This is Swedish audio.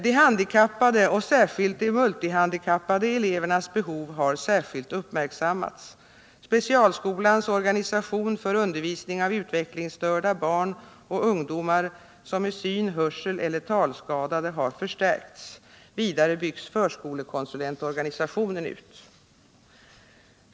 De handikappade, särskilt de multihandikappade, elevernas behov har särskilt uppmärksammats. Specialskolans organisation för undervisning av utvecklingsstörda barn och ungdomar som är syn-, hörseleller talskadade har förstärkts. Vidare byggs förskolekonsulentorganisationen ut.